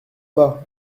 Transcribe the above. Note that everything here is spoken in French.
pas